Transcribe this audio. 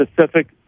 specific